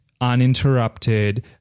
uninterrupted